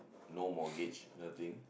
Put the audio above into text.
no mortgage nothing